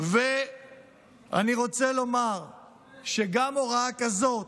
אני רוצה לומר שהוראה כזאת